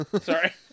Sorry